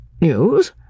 News